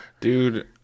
dude